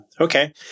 Okay